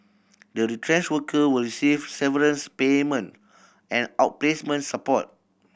the retrenched worker will receive severance payment and outplacement support